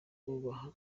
twubaha